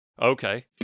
Okay